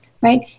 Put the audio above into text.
right